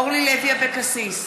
אורלי לוי אבקסיס,